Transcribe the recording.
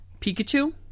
Pikachu